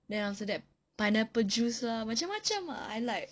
then after that pineapple juice lah macam-macam ah I like